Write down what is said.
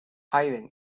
haydn